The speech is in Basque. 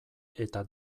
eta